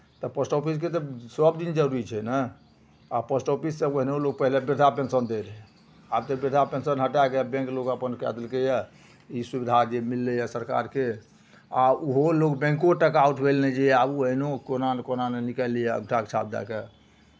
तऽ पोस्ट ऑफिसके तऽ सभदिन जरूरी छै ने आ पोस्ट ऑफिससँ ओहिनो लोक पहिले वृद्धा पेंशन दैत रहै आब तऽ वृद्धा पेंशन हटा कऽ बैंक लोक अपन कए देलकैए ई सुविधा जे मिललैए सरकारके आ ओहो लोक बैंको टाका उठबै लए नहि जाइए आब एहनो कोना ने कोना ने निकालि लैए औँठाके छाप दए कऽ